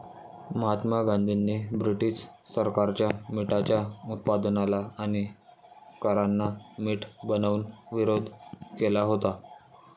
महात्मा गांधींनी ब्रिटीश सरकारच्या मिठाच्या उत्पादनाला आणि करांना मीठ बनवून विरोध केला होता